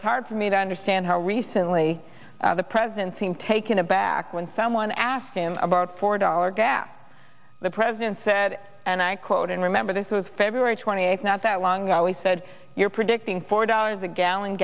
it's hard for me to understand how recently the president seemed taken aback when someone asked him about four dollars gas the president said and i quote and remember this was feb twenty eighth not that long ago we said you're predicting four dollars a gallon